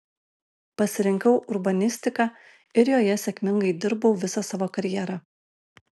pasirinkau urbanistiką ir joje sėkmingai dirbau visą savo karjerą